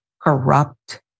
corrupt